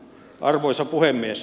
arvoisa puhemies